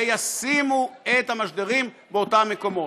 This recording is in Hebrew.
וישימו את המשדרים באותם מקומות.